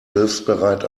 hilfsbereit